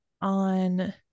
on